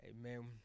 Amen